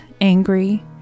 angry